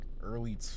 early